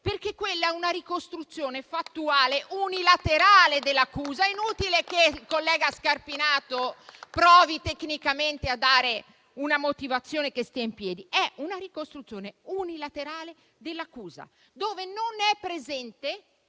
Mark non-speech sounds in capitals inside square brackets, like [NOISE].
perché quella è una ricostruzione fattuale unilaterale dell'accusa. [APPLAUSE] È inutile che il collega Scarpinato provi tecnicamente a dare una motivazione che stia in piedi. È una ricostruzione unilaterale dell'accusa, dove non è presente